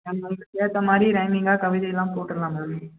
அதுதான் மேம் நீங்கள் கேட்ட மாதிரி ரைமிங்காக கவிதையெலாம் போட்டுடலாம் மேம்